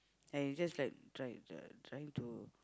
and he just like try uh trying to